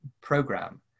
program